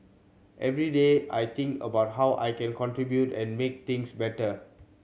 every day I think about how I can contribute and make things better